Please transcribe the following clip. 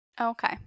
okay